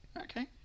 okay